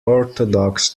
orthodox